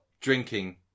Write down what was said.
drinking